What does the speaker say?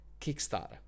kickstarter